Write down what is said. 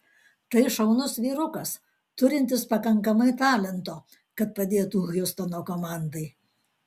tai šaunus vyrukas turintis pakankamai talento kad padėtų hjustono komandai